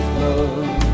love